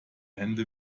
hände